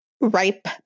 ripe